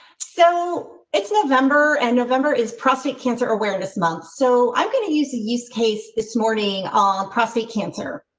so it's november and november is prostate cancer awareness month, so i'm going to use use case this morning on prostate cancer.